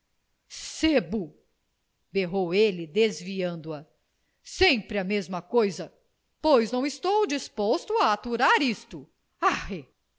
sebo berrou ele desviando a sempre a mesma coisa pois não estou disposto a aturar isto arre